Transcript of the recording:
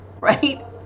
Right